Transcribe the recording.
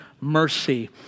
mercy